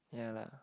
yeah lah